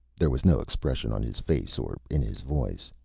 there was no expression on his face or in his voice.